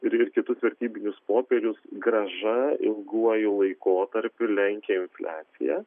ir ir kitus vertybinius popierius grąža ilguoju laikotarpiu lenkia infliaciją